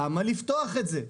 אז למה לפתוח את זה?